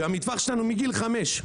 והמטווח שלנו מגיל 5,